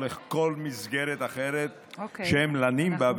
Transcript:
או לכל מסגרת אחרת שהם לנים בה,